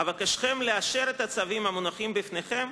אבקשכם לאשר את הצווים המונחים בפניכם,